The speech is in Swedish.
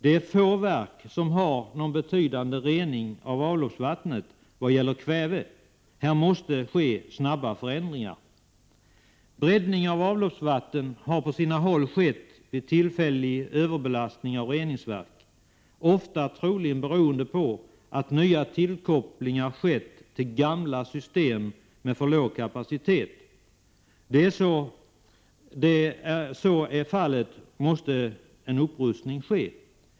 Det är få verk som har någon betydande rening av avloppsvattnet vad gäller kväve. Här måste snabba förändringar ske. Bräddning av avloppsvatten har på sina håll skett vid tillfällig överbelastning av reningsverk, ofta troligen beroende på att nya tillkopplingar skett till gamla system med för låg kapacitet. Där så är fallet måste upprustning ske.